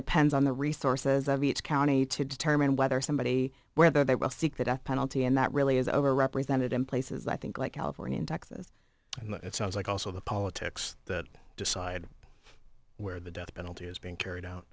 depends on the resources of each county to determine whether somebody whether they will seek the death penalty and that really is over represented in places like think like california and texas and it sounds like also the politics that decide where the death penalty is being carried out